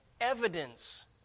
evidence